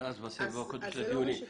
בסבב הקודם של הדיונים דובר על כך.